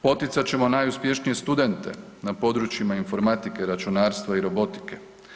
Poticat ćemo najuspješnije studente na područjima informatike, računarstva i robotike.